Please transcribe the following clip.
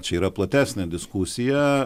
čia yra platesnė diskusija